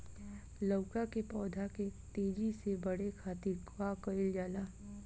लउका के पौधा के तेजी से बढ़े खातीर का कइल जाला?